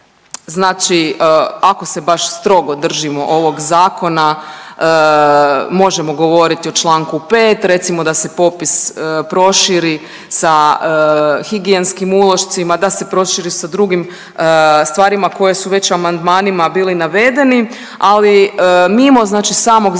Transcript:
znači ako se baš strogo držimo ovog zakona možemo govoriti o čl. 5., recimo da se popis proširi sa higijenskim ulošcima, da se proširi sa drugim stvarima koje su već amandmanima bili navedeni, ali mimo znači samog